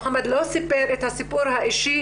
מוחמד לא סיפר את הסיפור האישי,